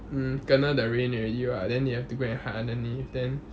mm kena the rain already [what] then they have to go and hide underneath then